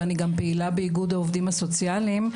ואני גם פעילה באיגוד העובדים הסוציאליים.